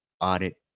audit